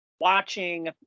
watching